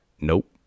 Nope